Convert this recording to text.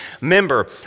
member